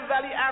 Valley